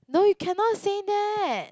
no you cannot say that